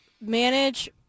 manage